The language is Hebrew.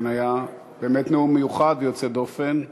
האמת היא שאני די שמחה על ההזדמנות